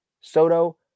Soto